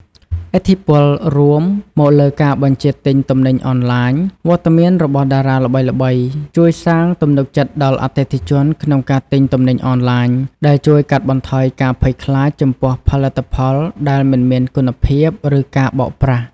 ឥទ្ធិពលរួមមកលើការទិញទំនិញអនទ្បាញ វត្តមានរបស់តារាល្បីៗជួយសាងទំនុកចិត្តដល់អតិថិជនក្នុងការទិញទំនិញអនឡាញ ដែលជួយកាត់បន្ថយការភ័យខ្លាចចំពោះផលិតផលមិនមានគុណភាព ឬការបោកប្រាស់។